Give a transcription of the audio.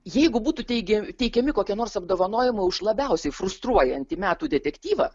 jeigu būtų teigia teikiami kokie nors apdovanojimą už labiausiai frustruojantį metų detektyvą